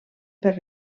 per